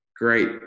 great